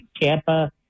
Tampa